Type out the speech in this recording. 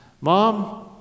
Mom